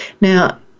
Now